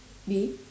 me